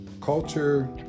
Culture